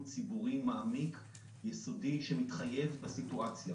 ציבורי מעמיק ויסודי שמתחייב בסיטואציה הזאת.